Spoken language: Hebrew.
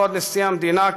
כבוד נשיא המדינה,